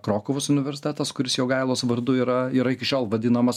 krokuvos universitetas kuris jogailos vardu yra yra iki šiol vadinamas